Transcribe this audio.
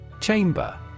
Chamber